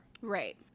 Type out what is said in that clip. Right